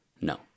No